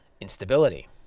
instability